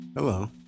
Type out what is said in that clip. Hello